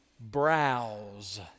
browse